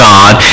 God